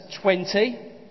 20